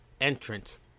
entrance